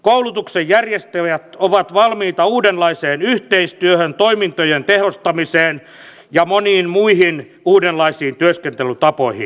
koulutuksen järjestäjät ovat valmiita uudenlaiseen yhteistyöhön toimintojen tehostamiseen ja moniin muihin uudenlaisiin työskentelytapoihin